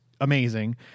amazing